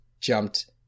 jumped